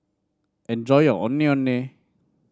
enjoy your Ondeh Ondeh